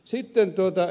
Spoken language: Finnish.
sitten ed